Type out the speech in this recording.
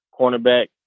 cornerback